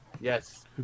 Yes